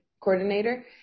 coordinator